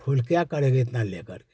फूल क्या करेंगे इतना ले कर के